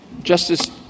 Justice